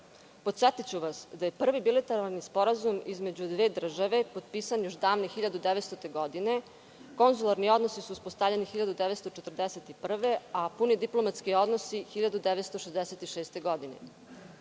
države. Podsetiću vas da je prvi bilateralni sporazum između dve države potpisan još davne 1900. godine. Konzularni odnosi su uspostavljeni 1941. godine. Puni diplomatski odnosi uspostavljeni